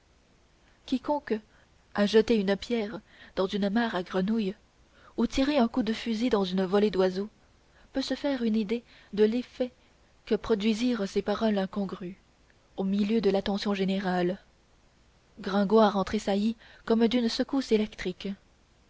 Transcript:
quiconque a jeté une pierre dans une mare à grenouilles ou tiré un coup de fusil dans une volée d'oiseaux peut se faire une idée de l'effet que produisirent ces paroles incongrues au milieu de l'attention générale gringoire en tressaillit comme d'une secousse électrique